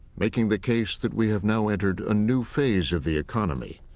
making the case that we have now entered a new phase of the economy,